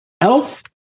Elf